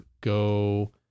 go